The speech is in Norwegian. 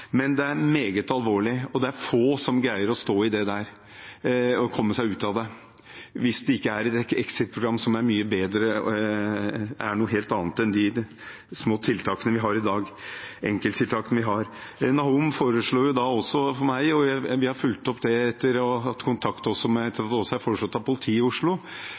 Men det er meget alvorlig, og det er få som greier å stå i dette og komme seg ut av det hvis de ikke er i exit-program, som er mye bedre, og som er noe helt annet enn de små enkelttiltakene vi har i dag. Nahom foreslo også for meg – noe vi har fulgt opp etter å ha hatt kontakt med politiet i Oslo,